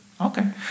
Okay